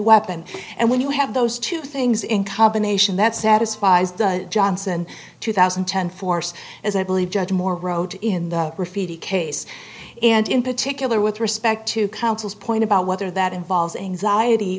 weapon and when you have those two things in combination that satisfies the johnson two thousand and ten force as i believe judge moore wrote in the refuting case and in particular with respect to counsel's point about whether that involves anxiety